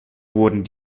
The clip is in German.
wurden